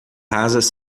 rasas